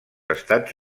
estats